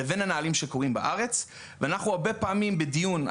לבין הנהלים שקבועים בארץ ואנחנו הרבה פעמים בדיון,